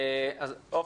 עומדים.